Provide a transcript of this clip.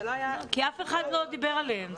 זה לא היה --- כי אף אחד לא דיבר עליהם.